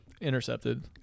intercepted